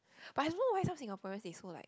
but I don't know why some Singaporeans they so like